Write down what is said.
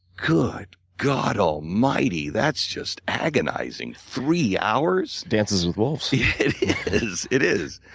good god almighty, that's just agonizing. three hours? dances with wolves. it is, it is.